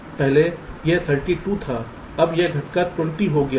पहले यह 32 था अब यह घटकर 20 हो गया है